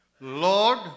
Lord